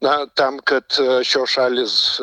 na tam kad šios šalys